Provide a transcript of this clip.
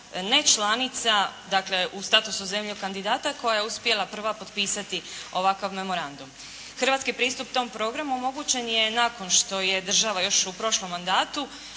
nečlanica, dakle u statusu zemlje kandidata koja je uspjela prva potpisati ovakav memorandum. Hrvatski pristup tom programu omogućen je nakon što je država još u prošlom mandatu